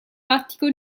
lattico